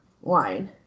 wine